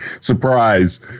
Surprise